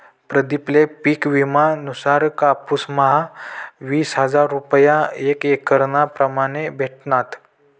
प्रदीप ले पिक विमा नुसार कापुस म्हा वीस हजार रूपया एक एकरना प्रमाणे भेटनात